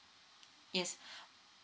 yes